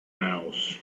mouse